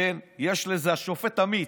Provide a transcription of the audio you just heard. יש לזה, השופט עמית,